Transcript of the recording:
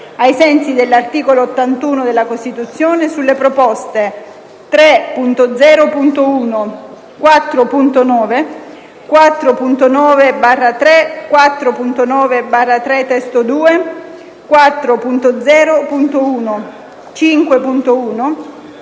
ai sensi dell'articolo 81 della Costituzione, sulle proposte 3.0.1, 4.9, 4.9/3, 4.9/3 (testo 2), 4.0.1, 5.1,